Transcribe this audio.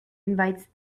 invites